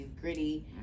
gritty